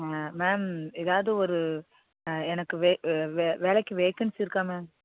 ma'am ஏதாவது ஒரு எனக்கு வேலைக்கு வேகன்சி இருக்கா மேம்